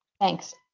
Thanks